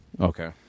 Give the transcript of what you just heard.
Okay